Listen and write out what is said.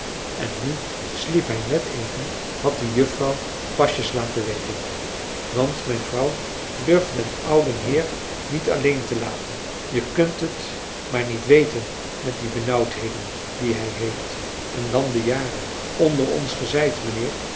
en nu sliep hij net even had de juffrouw pasjes laten weten want mijn vrouw durft den ouden heer niet alleen te laten je kunt het maar niet weten met die benauwdheden die hij heeft en dan de jaren onder ons gezeid mijnheer